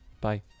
bye